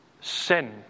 sin